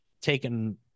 taken